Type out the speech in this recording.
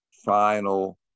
final